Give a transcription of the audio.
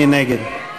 מי נגד?